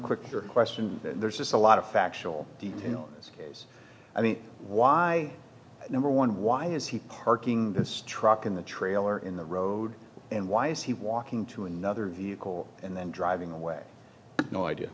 quick question there's just a lot of factual deep in this case i mean why number one why is he parking this truck in the trailer in the road and why is he walking to another vehicle and then driving away no idea